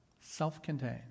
Self-contained